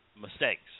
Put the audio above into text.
mistakes